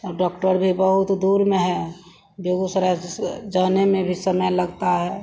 और डॉक्टर भी बहुत दूर में है बेगूसराय जैसे जाने में भी समय लगता है